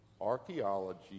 archaeology